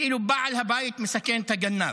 כאילו בעל הבית מסכן את הגנב,